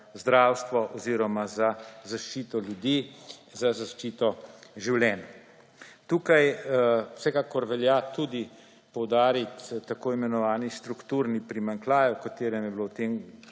zdravstvo oziroma za zaščito ljudi, za zaščito življenj. Tukaj vsekakor velja tudi poudariti tako imenovani strukturni primanjkljaj, o katerem je bilo v